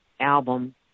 Album